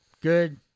Good